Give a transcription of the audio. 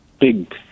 big